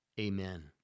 amen